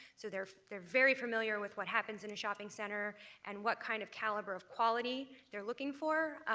so they're they're very familiar with what happens in a shopping center and what kind of caliber of quality they're looking for.